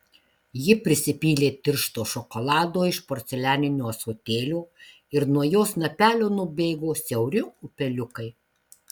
ji prisipylė tiršto šokolado iš porcelianinio ąsotėlio ir nuo jo snapelio nubėgo siauri upeliukai